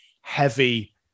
heavy